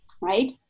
right